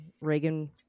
reagan